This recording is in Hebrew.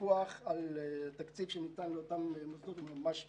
הפיקוח על התקציב שניתן לאותם מוסדות הוא ממש מצומצם.